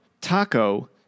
Taco